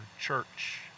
church